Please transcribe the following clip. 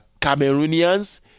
Cameroonians